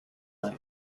night